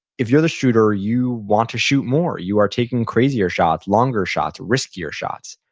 if you're the shooter, you want to shoot more, you are taking crazier shots, longer shots, riskier shots.